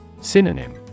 Synonym